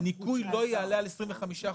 הניכוי לא יעלה על 25%,